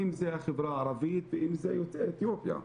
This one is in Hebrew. אם זה החברה הערבית ואם זה יוצאי אתיופיה.